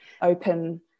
open